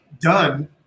done